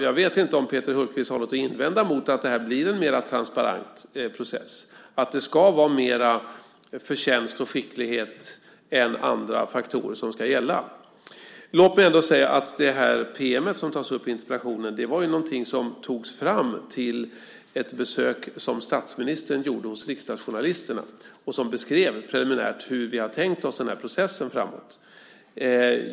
Jag vet inte om Peter Hultqvist har någonting att invända mot att det blir en mer transparent process, att det ska vara mer förtjänst och skicklighet än andra faktorer som ska gälla. Låt mig ändå säga att det pm som tas upp i interpellationen var någonting som togs fram till ett besök som statsministern gjorde hos riksdagsjournalisterna och beskrev preliminärt hur vi har tänkt oss den här processen framåt.